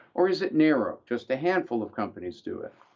or is it narrow? just a handful of companies do it?